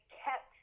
kept